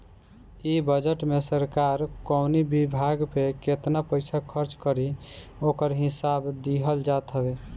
इ बजट में सरकार कवनी विभाग पे केतना पईसा खर्च करी ओकर हिसाब दिहल जात हवे